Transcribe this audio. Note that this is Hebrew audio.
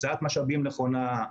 הקצאת משאבים נכונה,